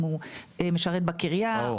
אם הוא משרת בקריה.